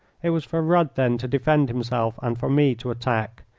it was for rudd then to defend himself and for me to attack.